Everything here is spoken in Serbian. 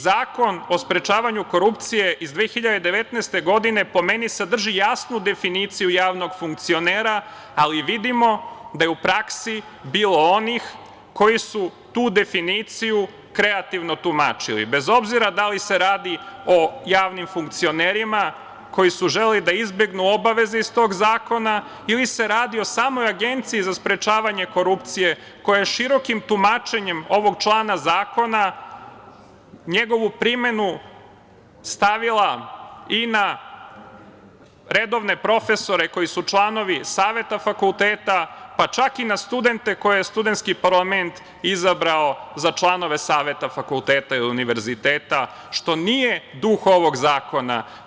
Zakon o sprečavanju korupcije iz 2019. godine, po meni, sadrži jasnu definiciju javnog funkcionera, ali vidimo da je u praksi bilo onih koji su tu definiciju kreativno tumačili, bez obzira da li se radi o javnim funkcionerima koji su želeli da izbegnu obaveze iz tog zakona ili se radi o samoj Agenciji za sprečavanje korupcije, koja je širokim tumačenjem ovog člana zakona, njegovu primenu stavila i na redovne profesore koji su članovi saveta fakulteta, pa čak i na studente koje je studentski parlament izabrao za članove saveta fakulteta ili univerziteta, što nije duh ovog zakona.